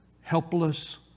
helpless